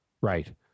Right